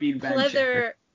leather